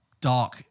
dark